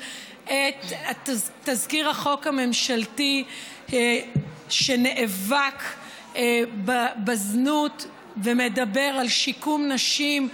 את תזכיר החוק הממשלתי שנאבק בזנות ומדבר על שיקום נשים,